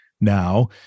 now